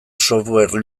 software